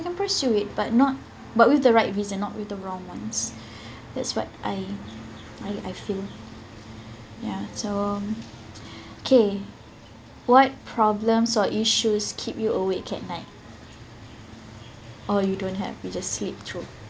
can pursue it but not but with the right reason not with the wrong ones that's what I I I feel ya so okay what problems or issues keep you awake at night or you don't have you just sleep through